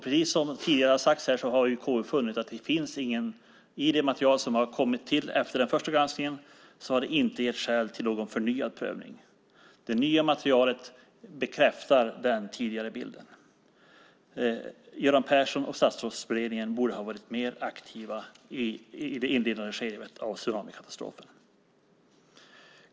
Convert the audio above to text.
Precis som tidigare sagts här har KU funnit att det inte finns något i det material som har kommit till efter den första granskningen som ger skäl till en förnyad prövning. Det nya materialet bekräftar den tidigare bilden. Göran Persson och Statsrådsberedningen borde ha varit mer aktiva i det inledande skedet av tsunamikatastrofen.